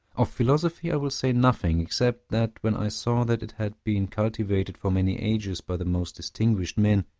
of philosophy i will say nothing, except that when i saw that it had been cultivated for many ages by the most distinguished men,